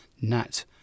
Nat